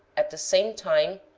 at the same time,